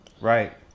Right